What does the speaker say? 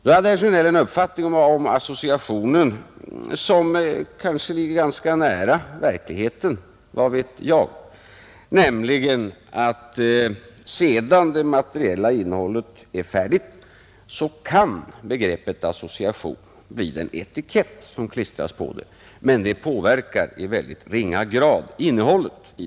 Då hade herr Sjönell den uppfattningen om associationen, som kanske ligger ganska nära verkligheten — vad vet jag — att sedan det materiella innehållet är färdigt kan begreppet association bli den etikett som klistras på, men det påverkar i mycket ringa grad innehållet.